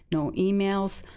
no emails.